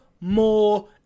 more